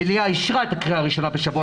המליאה אישרה את הקריאה הראשונה בשבוע